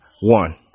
one